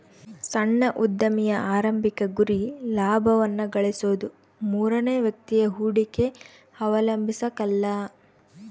ಸಣ್ಣ ಉದ್ಯಮಿಯ ಆರಂಭಿಕ ಗುರಿ ಲಾಭವನ್ನ ಗಳಿಸೋದು ಮೂರನೇ ವ್ಯಕ್ತಿಯ ಹೂಡಿಕೆ ಅವಲಂಬಿಸಕಲ್ಲ